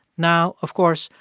now, of course,